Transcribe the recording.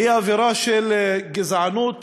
היא אווירה של גזענות,